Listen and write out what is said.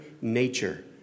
nature